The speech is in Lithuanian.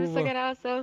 viso geriausio